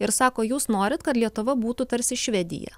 ir sako jūs norit kad lietuva būtų tarsi švedija